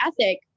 ethic